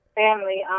family